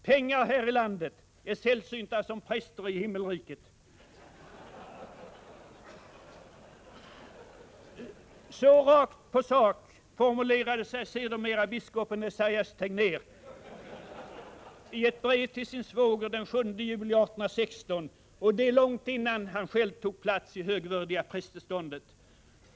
”Pengar här i landet äro sällsynta som prester i himmelriket.” Så rakt på sak formulerade sig sedermera biskopen Esaias Tegnér i ett brev till sin svåger den 7 juli 1816 och det långt innan han själv tog plats i högvördiga prästeståndet.